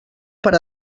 per